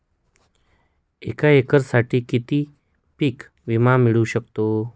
एका एकरसाठी किती पीक विमा मिळू शकतो?